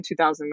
2009